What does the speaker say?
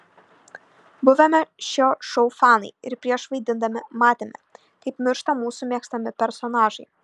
buvome šio šou fanai ir prieš vaidindami matėme kaip miršta mūsų mėgstami personažai